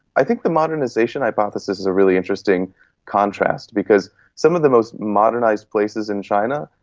i think the modernisation hypothesis is a really interesting contrast because some of the most modernised places in china,